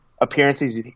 appearances